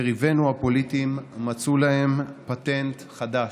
יריבינו הפוליטיים מצאו להם פטנט חדש: